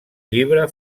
llibre